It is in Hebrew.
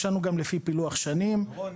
יש לנו גם לפי פילוח שנים -- דורון,